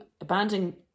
abandoning